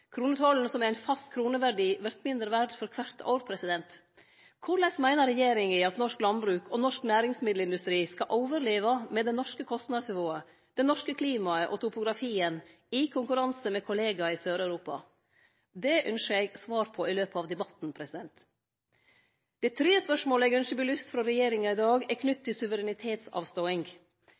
fast kroneverdi, vert mindre verd for kvart år. Korleis meiner regjeringa at norsk landbruk og norsk næringsmiddelindustri skal overleve med det norske kostnadsnivået, det norske klimaet og topografien i konkurranse med kollegaer i Sør-Europa? Det ynskjer eg svar på i løpet av debatten. Det tredje spørsmålet eg ynskjer belyst frå regjeringa i dag, er knytt til suverenitetsavståing.